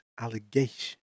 Allegations